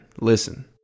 listen